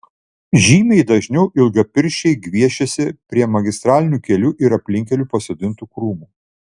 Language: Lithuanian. žymiai dažniau ilgapirščiai gviešiasi prie magistralinių kelių ir aplinkkelių pasodintų krūmų